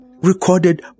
recorded